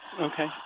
Okay